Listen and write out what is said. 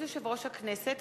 ברשות יושב-ראש הכנסת,